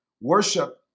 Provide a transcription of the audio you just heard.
worship